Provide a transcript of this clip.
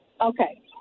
Okay